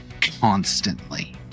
constantly